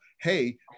hey